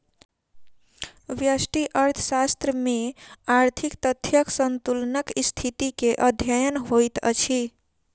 व्यष्टि अर्थशास्त्र में आर्थिक तथ्यक संतुलनक स्थिति के अध्ययन होइत अछि